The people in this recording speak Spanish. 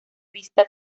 vista